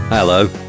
Hello